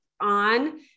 on